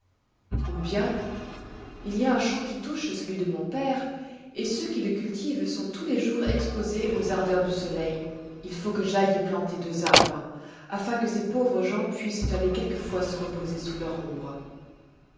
ou bien il y a un champ qui touche celui de mon père et ceux qui le cultivent sont tous les jours exposés aux ardeurs du soleil il faut que j'aille y planter deux arbres afin que ces pauvres gens puissent aller quelquefois se reposer sous leur ombre